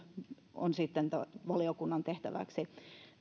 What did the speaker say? on meille valiokunnan tehtäväksi